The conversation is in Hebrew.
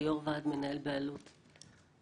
זה ברור שזאת אחריות השלטון המקומי,